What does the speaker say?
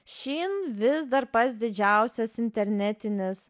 shein vis dar pats didžiausias internetinis